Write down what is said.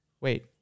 Wait